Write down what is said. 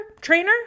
trainer